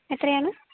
എത്രയാണ്